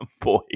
boy